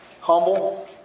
humble